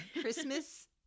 Christmas